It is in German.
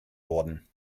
wurden